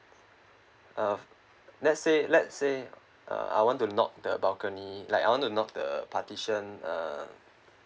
uh let's say let's say uh I want to knock the balcony like I want to knock the partition uh